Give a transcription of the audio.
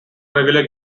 regular